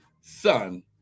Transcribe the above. son